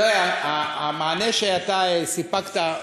המענה שאתה סיפקת,